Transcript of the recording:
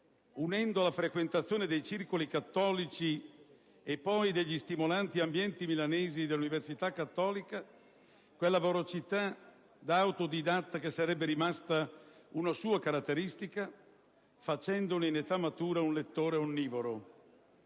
unendo alla frequentazione dei circoli cattolici e poi degli stimolanti ambienti milanesi della Università cattolica quella voracità da autodidatta che sarebbe rimasta una sua caratteristica, facendone in età matura un lettore onnivoro.